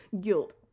guilt